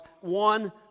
one